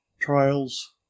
trials